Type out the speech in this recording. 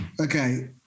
okay